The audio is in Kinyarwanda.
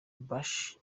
bush